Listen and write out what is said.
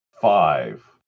Five